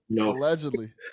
Allegedly